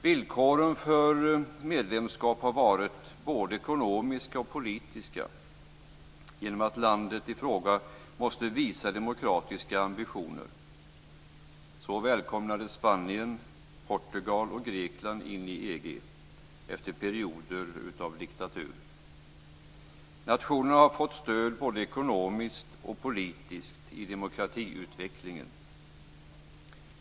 Villkoren för medlemskap har varit både ekonomiska och politiska genom att landet i fråga måste visa demokratiska ambitioner. Så välkomnades Spanien, Portugal och Grekland in i EG efter perioder av diktatur. Nationerna har fått stöd både ekonomiskt och politiskt i demokratiutvecklingen.